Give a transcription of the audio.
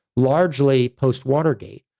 largely post-watergate.